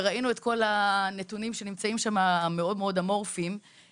וראינו את כל הנתונים שנמצאים שם מאוד אמורפיים,